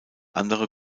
andere